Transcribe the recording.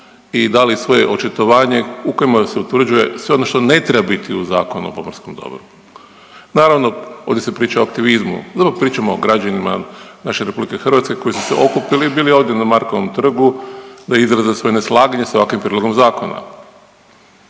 i dali svoje očitovanje u kojima se utvrđuje sve ono što ne treba biti u Zakonu o pomorskom dobru. Naravno, ovdje se priča o aktivizmu, no dok pričamo o građanima naše RH koji su se okupili bili ovdje na Markovom trgu da izraze svoje neslaganje sa ovakvim prijedlogom zakona,